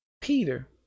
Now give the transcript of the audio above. Peter